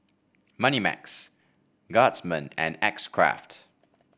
Moneymax Guardsman and X Craft